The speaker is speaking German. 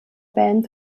band